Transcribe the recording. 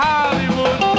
Hollywood